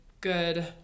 good